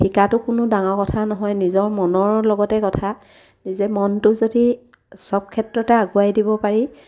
শিকাটো কোনো ডাঙৰ কথা নহয় নিজৰ মনৰ লগতে কথা নিজে মনটো যদি চব ক্ষেত্ৰতে আগুৱাই দিব পাৰি